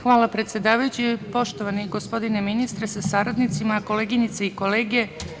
Hvala predsedavajući, poštovani gospodine ministre sa saradnicima, koleginice i kolege.